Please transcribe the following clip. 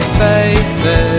faces